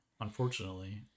unfortunately